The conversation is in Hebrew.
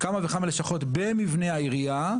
במבנה העירייה,